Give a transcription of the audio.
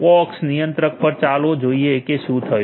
POX નિયંત્રક પર ચાલો જોઈએ કે શું થયું